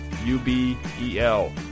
U-B-E-L